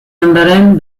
ondoren